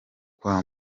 kwa